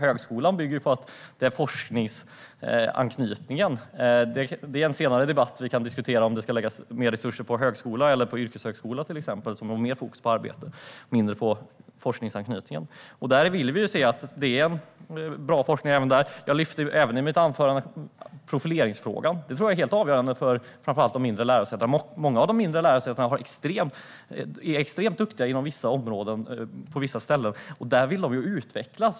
Högskolan bygger på forskningsanknytningen. Det är en senare debatt. Vi kan diskutera om det ska läggas mer resurser på högskola eller på till exempel yrkeshögskola, som har mer fokus på arbete och mindre på forskningsanknytningen. Vi vill se bra forskning även där. Jag lyfte även i mitt anförande fram profileringsfrågan. Det tror jag är helt avgörande för framför allt de mindre lärosätena. Många av de mindre lärosätena på vissa ställen är extremt duktiga inom vissa områden. Där vill de utvecklas.